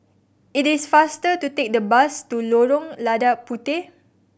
it is faster to take the bus to Lorong Lada Puteh